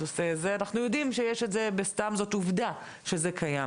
זו עובדה שזה קיים.